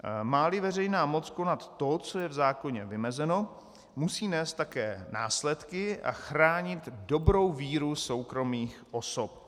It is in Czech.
Máli veřejná moc konat to, co je v zákoně vymezeno, musí nést také následky a chránit dobrou víru soukromých osob.